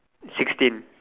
sixteen